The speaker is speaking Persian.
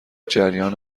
جریان